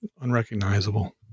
unrecognizable